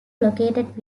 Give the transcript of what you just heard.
located